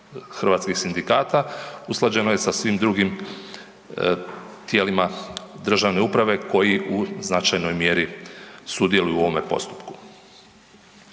hrvatskih sindikata usklađeno je sa svim drugim tijelima državne uprave koji u značajnoj mjeri sudjeluju u ovome postupku.